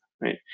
right